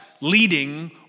leading